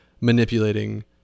manipulating